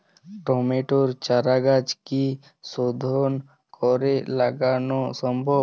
টমেটোর চারাগাছ কি শোধন করে লাগানো সম্ভব?